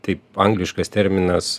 taip angliškas terminas